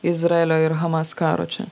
izraelio ir hamas karo čia